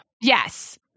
Yes